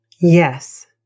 Yes